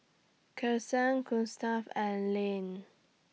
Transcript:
Kelsey Gustaf and Lane